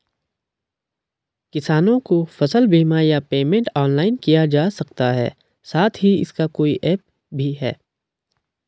किसानों को फसल बीमा या पेमेंट ऑनलाइन किया जा सकता है साथ ही इसका कोई ऐप भी है?